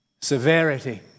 Severity